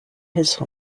his